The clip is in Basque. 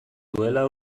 duela